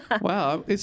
Wow